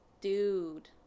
dude